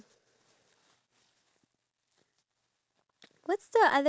something useless but it's beneficial you know